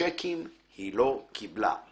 וצ'קים היא לא קיבלה /